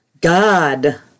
God